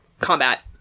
combat